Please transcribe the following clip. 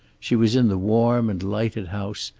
she was in the warm and lighted house,